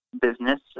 business